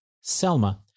Selma